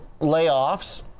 layoffs